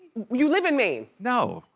you live in maine? no.